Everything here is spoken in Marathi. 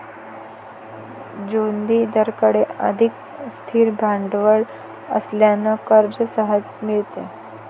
जोगिंदरकडे अधिक स्थिर भांडवल असल्याने कर्ज सहज मिळते